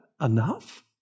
enough